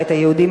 הבית היהודי,